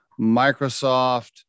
Microsoft